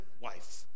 wife